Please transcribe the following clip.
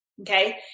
Okay